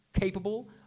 capable